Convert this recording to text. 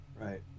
Right